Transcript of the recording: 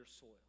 soil